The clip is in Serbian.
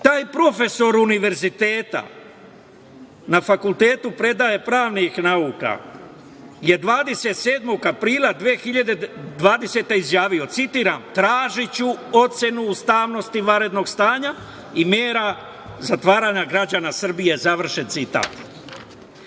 Taj profesor Univerziteta, na fakultetu predaje pravne nauke, je 27. aprila 2020. izjavio, citiram: „Tražiću ocenu ustavnosti vanrednog stanja i mera zatvaranja građana Srbije“. Završen